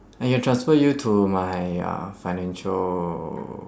I can transfer you to my uh financial